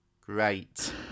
Great